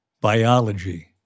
biology